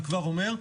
אני כבר אומר,